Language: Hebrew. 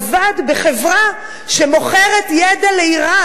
עבד בחברה שמוכרת ידע לאירן,